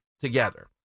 together